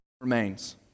remains